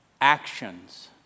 Actions